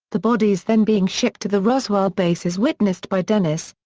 the bodies then being shipped to the roswell base as witnessed by dennis,